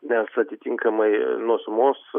nes atitinkamai nuo sumos